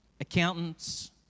accountants